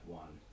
one